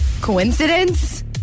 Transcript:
coincidence